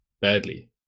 badly